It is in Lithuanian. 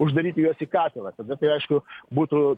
uždaryti juos į katilą tada tai aišku būtų